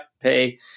pay